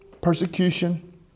persecution